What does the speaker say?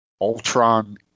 Ultron